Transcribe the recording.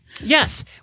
Yes